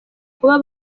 kuba